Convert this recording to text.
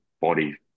body